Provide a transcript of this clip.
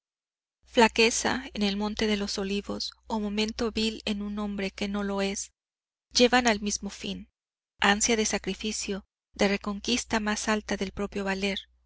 flaqueza en el monte de los olivos o momento vil en un hombre que no lo es llevan al mismo fin ansia de sacrificio de reconquista más alta del propio valer